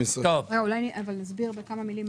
אולי אני אסביר בכמה מילים.